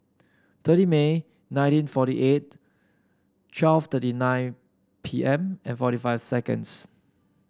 thirty May nineteen forty eight twelve thirty nine P M and forty five seconds